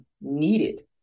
needed